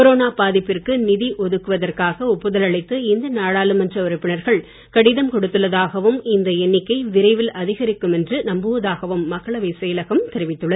corona பாதிப்பிற்கு நிதி ஒதுக்குதவற்காக ஒப்புதல் அளித்து இந்த நாடாளுமன்ற உறுப்பினர்கள் கடிதம் கொடுத்துள்ளதாகவும் இந்த எண்ணிகை விரைவில் அதிகரிக்கும் என்று நம்புவதாகவும் மக்களவை செயலகம் தெரிவித்துள்ளது